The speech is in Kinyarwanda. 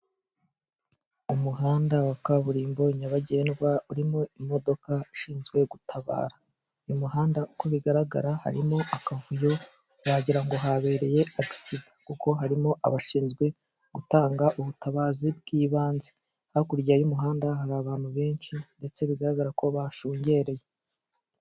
Umuhanda wa kaburimbo nyabagendwa urimo imodoka ishinzwe gutabara, uyu muhanda uko bigaragara harimo akavuyo wagirango habereye agisida, kuko harimo abashinzwe gutanga ubutabazi bw'ibanze, hakurya y'umuhanda hari abantu benshi ndetse bigaragara ko bashungereye.